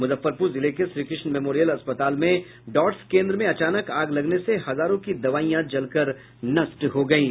मुजफ्फरपुर जिले के श्रीकृष्ण मेमोरियल अस्पताल में डॉट्स केन्द्र में अचानक आग लगने से हजारों की दवाईयां जल कर नष्ट हो गयी